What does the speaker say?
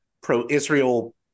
pro-Israel